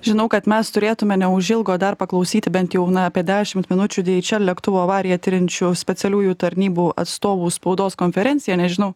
žinau kad mes turėtume neužilgo dar paklausyti bent jau na apie dešimt minučių dieičel lėktuvo avariją tiriančių specialiųjų tarnybų atstovų spaudos konferenciją nežinau